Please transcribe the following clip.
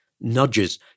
nudges